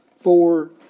four